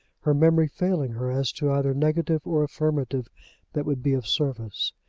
her memory failing her as to either negative or affirmative that would be of service.